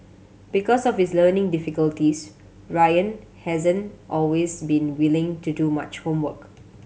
because of his learning difficulties Ryan hasn't always been willing to do much homework